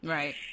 Right